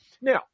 Now